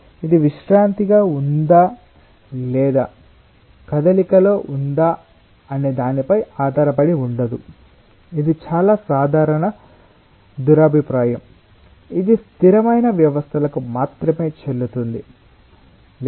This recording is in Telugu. ఇది విశ్రాంతిగా ఉందా లేదా కదలికలో ఉందా అనే దానిపై ఆధారపడి ఉండదు ఇది చాలా సాధారణ దురభిప్రాయం ఇది స్థిరమైన వ్యవస్థలకు మాత్రమే చెల్లుతుంది లేదు